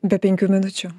be penkių minučių